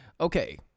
Okay